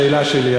השאלה שלי,